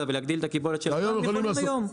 ולהגדיל את הקיבולת שלהם היו עושים את זה היום.